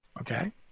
Okay